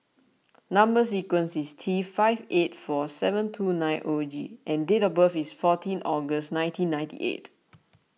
Number Sequence is T five eight four seven two nine zero G and date of birth is fourteen August nineteen ninety eight